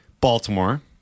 Baltimore